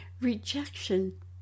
Rejection